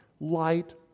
light